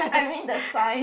I mean the sign